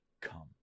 come